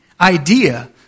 idea